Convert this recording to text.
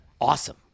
awesome